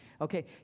Okay